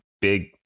big